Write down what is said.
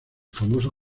famoso